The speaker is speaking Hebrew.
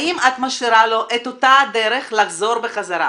האם את משאירה לו את אותה דרך לחזור בחזרה?